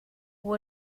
hoe